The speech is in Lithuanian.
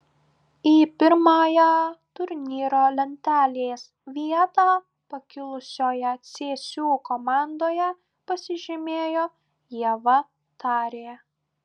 į pirmąją turnyro lentelės vietą pakilusioje cėsių komandoje pasižymėjo ieva tarė